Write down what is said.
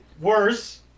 Worse